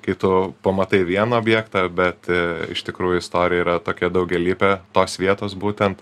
kai tu pamatai vieną objektą bet iš tikrųjų istorija yra tokia daugialypė tos vietos būtent